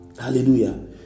Hallelujah